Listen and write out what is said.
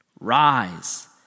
rise